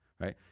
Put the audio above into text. right